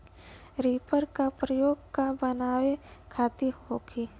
Reaper का प्रयोग का बनावे खातिन होखि?